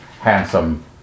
handsome